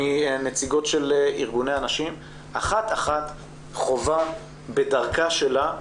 מנציגות ארגוני הנשים, אחת אחת חווה בדרכה שלה,